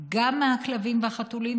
גם מהכלבים והחתולים,